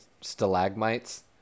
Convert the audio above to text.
stalagmites